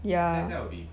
ya